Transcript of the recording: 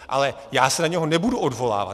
Ale já se na něho nebudu odvolávat.